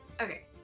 Okay